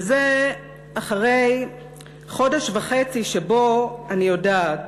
וזה אחרי חודש וחצי שבו, אני יודעת,